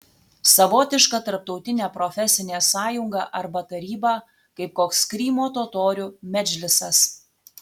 savotiška tarptautinė profesinė sąjunga arba taryba kaip koks krymo totorių medžlisas